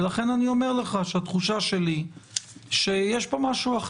ולכן אני אומר לך שהתחושה שלי היא שיש פה משהו,